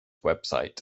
website